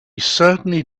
certainly